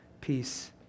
Peace